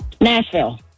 Nashville